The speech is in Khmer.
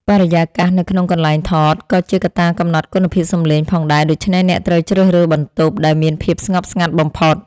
បរិយាកាសនៅក្នុងកន្លែងថតក៏ជាកត្តាកំណត់គុណភាពសំឡេងផងដែរដូច្នេះអ្នកត្រូវជ្រើសរើសបន្ទប់ដែលមានភាពស្ងប់ស្ងាត់បំផុត។